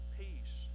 peace